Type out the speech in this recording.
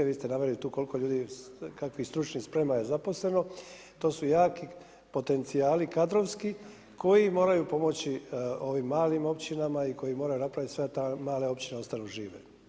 Vi ste naveli tu koliko ljudi, kakvih stručnih sprema je zaposleno, to su jaki potencijali kadrovski, koji moraju pomoći ovim malim općinama i koji moraju napraviti sva ta, male općine da uostalom žive.